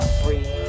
free